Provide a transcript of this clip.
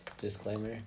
Disclaimer